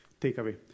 takeaway